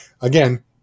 Again